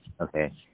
okay